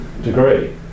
Degree